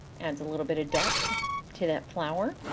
adds a little bit of depth to that flower.